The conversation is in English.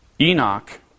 Enoch